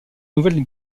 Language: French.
nouvelle